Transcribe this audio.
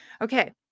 Okay